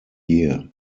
year